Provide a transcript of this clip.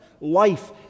Life